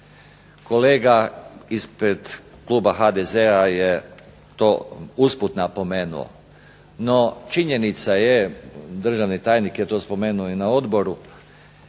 Kolega ispred kluba HDZ-a je to usput napomenuo. No činjenica je, državni tajnik je to spomenuo i na odboru,